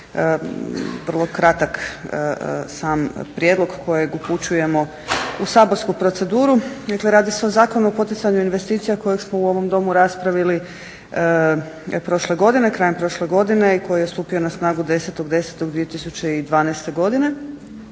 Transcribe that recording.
vrlo kratak sam prijedlog kojeg upućujem u saborsku proceduru. Dakle radi se o zakonu o poticanju investicija kojeg smo u ovom domu raspravili prošle godine, krajem prošle godine koji je stupio na snagu 10.10.20123. godine.